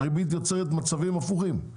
הריבית לפעמים גם יוצרת מצבים הפוכים.